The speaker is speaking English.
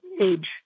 age